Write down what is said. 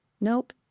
Nope